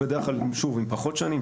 בדרך כלל עם פחות שנים,